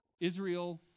Israel